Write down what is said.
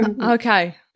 Okay